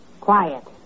Quiet